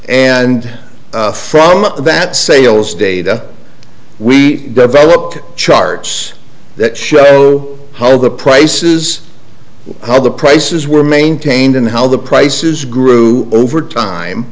and from that sales data we developed charts that show how the prices how the prices were maintained and how the prices grew over time